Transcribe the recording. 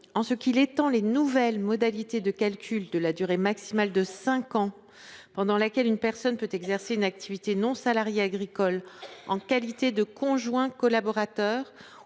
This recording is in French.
propose d’étendre les nouvelles modalités de calcul de la durée maximale de cinq ans pendant laquelle une personne peut exercer une activité non salariée agricole en qualité de conjoint collaborateur